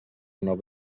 nova